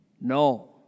No